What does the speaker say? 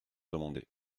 demandée